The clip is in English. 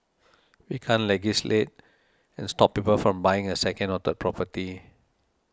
we can't legislate and stop people from buying a second or third property